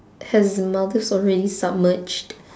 has maldives already submerged